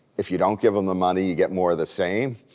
if you don't give them the money, you get more of the same.